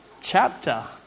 chapter